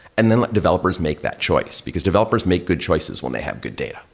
and then let developers make that choice, because developers make good choices when they have good data.